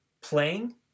playing